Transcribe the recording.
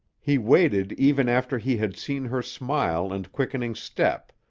he waited even after he had seen her smile and quickening step,